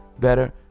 better